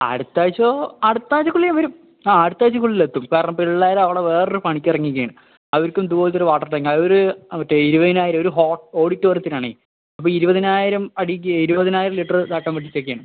അടുത്താഴ്ചയോ അടുത്താഴ്ചയ്ക്ക് ഉള്ളിൽ ഞാൻ വരും ആ അടുത്താഴ്ചയ്ക്ക് ഉള്ളില് എത്തും കാരണം പിള്ളേര് അവിടെ വേറെ ഒര് പണിക്ക് ഇറങ്ങിയേക്കണം അവരിക്കും ഇതുപോലത്തെ ഒര് വാട്ടർ ടാങ്ക് അത് ഒര് മറ്റേ ഈ ഇരുപതിനായിരം ഒരു ഹോൾ ഓഡിറ്റോറിയത്തിന് ആണേൽ അപ്പം ഇരുപതിനായിരം അടിക്ക് ഇരുപതിനായിരം ലിറ്ററ് ഇത് ആക്കാൻ വേണ്ടീട്ട് ഒക്കെ ആണ്